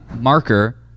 marker